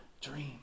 dream